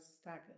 staggered